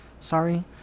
Sorry